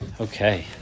Okay